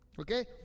okay